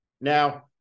Now